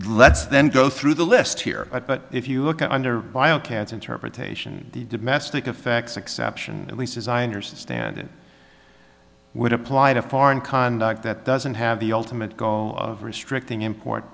let's then go through the list here but if you look under bio can't interpretation the domestic effects exception at least as i understand it would apply to foreign conduct that doesn't have the ultimate goal of restricting import